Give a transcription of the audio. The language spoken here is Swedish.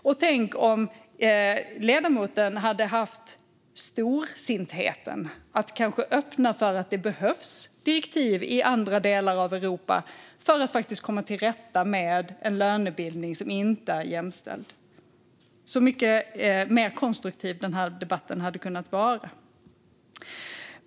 Och tänk om ledamoten hade haft storsintheten att kanske öppna för att det behövs direktiv i andra delar av Europa för att komma till rätta med en lönebildning som inte är jämställd. Tänk så mycket mer konstruktiv denna debatt hade kunnat vara!